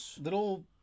little